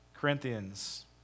Corinthians